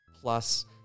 Plus